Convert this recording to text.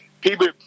people